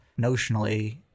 notionally